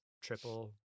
triple